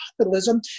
capitalism